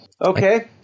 Okay